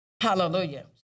hallelujah